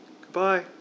Goodbye